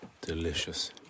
delicious